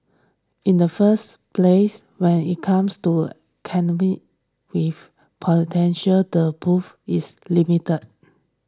in the first place when it comes to candy with potential the pool is limited